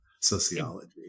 sociology